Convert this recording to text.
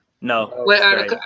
No